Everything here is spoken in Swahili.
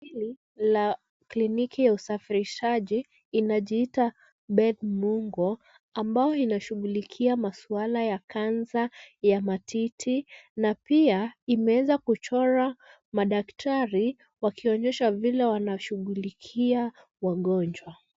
Hili ni kliniki la usafirishaji inajiita Beth Mugo ambayo inashughulikia maswala ya cancer ya matiti na pia imeweza kuchorwa madakatari wakionyesha vile wanashughulikia wagonjwa.